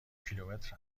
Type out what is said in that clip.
کیلومتر